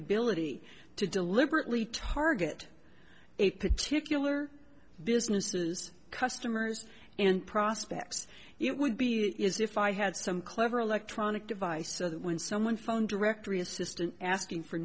ability to deliberately target a particular businesses customers and prospects it would be is if i had some clever electronic device so that when someone phone directory assistance asking for